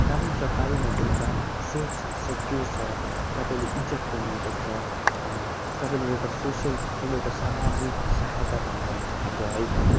कारण सरकारी नोकरीमा सेफ छ सेक्युर छ तपाईँले इज्जत पाउनु सक्छ तपाईँले एउटा सोसियल तपाईँले एउटा सामाजिक साहयता पनि गर्न सकिन्छ है